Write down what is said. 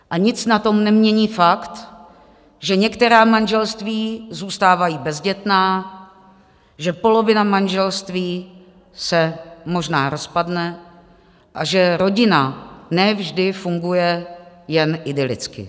A nic na tom nemění fakt, že některá manželství zůstávají bezdětná, že polovina manželství se možná rozpadne a že rodina ne vždy funguje jen idylicky.